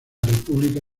república